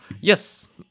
yes